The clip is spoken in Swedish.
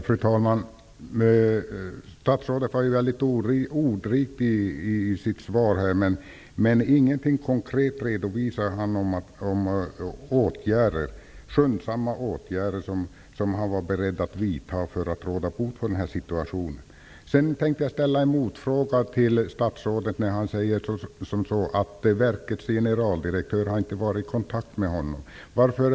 Fru talman! Statsrådet var väldigt ordrik i sitt svar. Men han redovisade ingenting konkret om skyndsamma åtgärder som han är beredd att vidta för att råda bot på situationen. Statsrådet sade att verkets generaldirektör inte hade varit i kontakt med honom. Jag tänker ställa en motfråga.